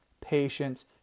patience